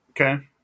Okay